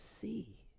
see